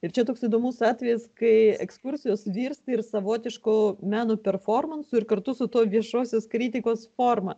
ir čia toks įdomus atvejis kai ekskursijos virsta ir savotišku meno performansu ir kartu su tuo viešosios kritikos forma